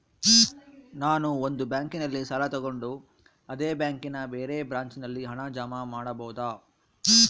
ನಾನು ಒಂದು ಬ್ಯಾಂಕಿನಲ್ಲಿ ಸಾಲ ತಗೊಂಡು ಅದೇ ಬ್ಯಾಂಕಿನ ಬೇರೆ ಬ್ರಾಂಚಿನಲ್ಲಿ ಹಣ ಜಮಾ ಮಾಡಬೋದ?